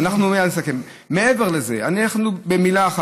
כן, אני מייד מסכם.